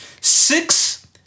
six